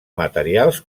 materials